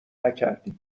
نکردی